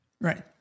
Right